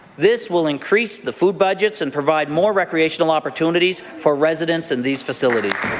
this will increase the food budgets and provide more recreational opportunities for residents in these facilities.